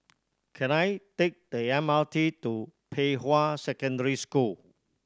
can I take the M R T to Pei Hwa Secondary School